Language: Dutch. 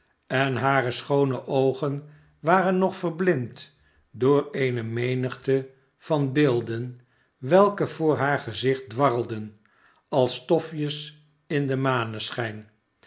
en hare schoone oogen waren nog verblind door eene menigte van beelden welke voor haar gezicht dwarrelden als stofjes in den maneschijn